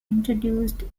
introduced